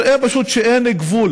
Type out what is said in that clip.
כנראה פשוט אין גבול